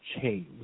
change